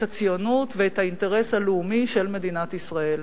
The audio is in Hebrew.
את הציונות ואת האינטרס הלאומי של מדינת ישראל.